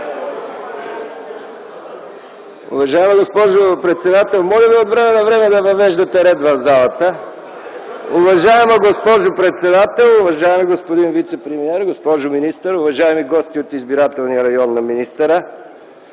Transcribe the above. Уважаема госпожо председател, моля Ви от време на време да въвеждате ред в залата! Уважаема госпожо председател, уважаеми господин вицепремиер, госпожо министър, уважаеми гости от избирателния район на министъра